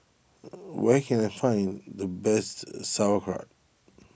where can I find the best Sauerkraut